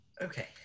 Okay